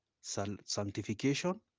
sanctification